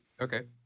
Okay